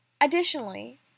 Additionally